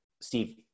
Steve